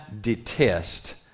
detest